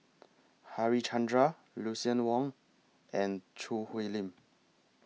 Harichandra Lucien Wang and Choo Hwee Lim